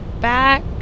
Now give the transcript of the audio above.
back